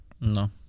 No